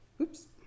Oops